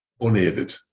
unaided